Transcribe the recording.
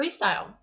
freestyle